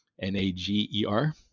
N-A-G-E-R